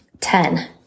Ten